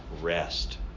rest